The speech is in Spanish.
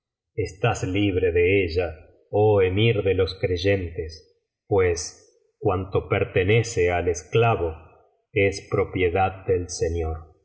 estás libre de ella oh emir de los creyentes pues cuanto pertenece al esclavo es propiedad del señor